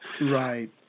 Right